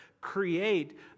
create